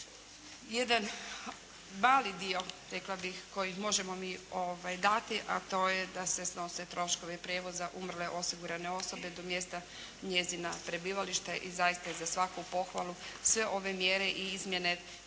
Jedan mali dio rekla bih koji mi možemo dati, a to je da se snose troškovi prijevoza umrle osigurane osobe do mjesta njezina prebivališta. I zaista je za svaku pohvalu sve ove mjere i izmjene